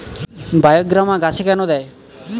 বায়োগ্রামা গাছে কেন দেয়?